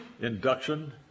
induction